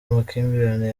amakimbirane